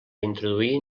introduir